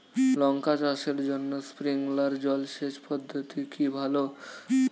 লঙ্কা চাষের জন্য স্প্রিংলার জল সেচ পদ্ধতি কি ভালো?